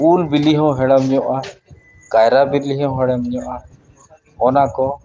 ᱩᱞ ᱵᱤᱞᱤ ᱦᱚᱸ ᱦᱮᱲᱮᱢ ᱧᱚᱜᱼᱟ ᱠᱟᱭᱨᱟ ᱵᱤᱞᱤ ᱦᱚᱸ ᱦᱮᱲᱮᱢ ᱧᱚᱜᱼᱟ ᱚᱱᱟ ᱠᱚ